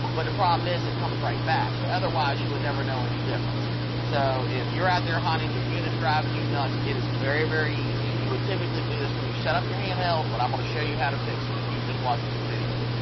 but the problem is it comes right back so otherwise you would never know any difference so if you're out there hunting your units driving you nuts it is very very easy and you would typically do this when you set up your handheld but i'm gonna show you how to fix it if you're just watching this video.